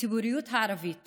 בציבוריות הערבית